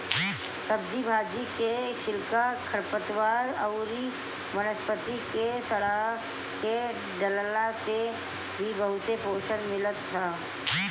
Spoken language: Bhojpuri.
सब्जी भाजी के छिलका, खरपतवार अउरी वनस्पति के सड़आ के डालला से भी बहुते पोषण मिलत ह